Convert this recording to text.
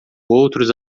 outros